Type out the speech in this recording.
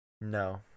No